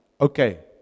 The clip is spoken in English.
Okay